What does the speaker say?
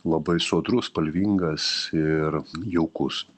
labai sodrus spalvingas ir jaukus